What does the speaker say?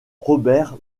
robert